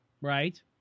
Right